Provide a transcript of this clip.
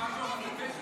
לקיחת שוחד זה פשע?